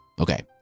okay